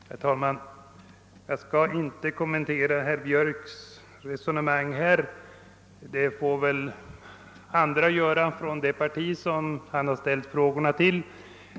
Herr talman! Jag skall inte kommentera herr Björcks resonemang; det får ankomma på någon representant för det parti, till vilket herr Björck riktade sina frågor.